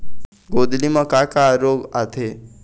गोंदली म का का रोग आथे?